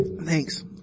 Thanks